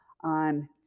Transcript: on